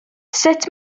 sut